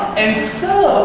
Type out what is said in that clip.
and so,